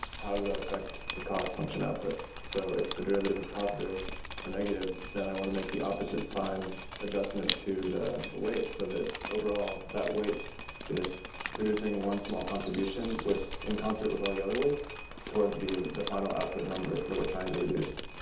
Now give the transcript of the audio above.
how does that affect the cost function output? so if the derivative is positive or negative, then i want to make the opposite signed adjustment to the the weight so that overall that weight is producing one small contribution in concert with all the other weights towards the the final output number that we're trying to reduce.